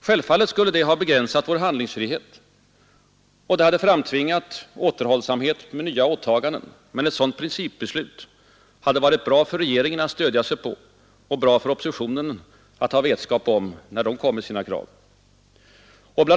Självfallet skulle det ha begränsat vår handlingsfrihet, och det hade framtvingat återhållsamhet med nya åtaganden, men ett sådant principbeslut hade varit bra för regeringen att stödja sig på och bra för oppositionen att ha vetskap om, när man där kommer med sina krav. Bl.